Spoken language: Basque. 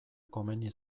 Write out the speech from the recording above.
komeni